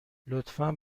لطفا